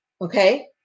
okay